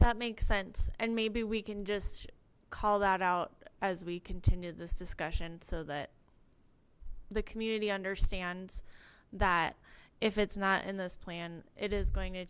that makes sense and maybe we can just call that out as we continue this discussion so that the community understands that if it's not in this plan it is going to